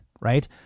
right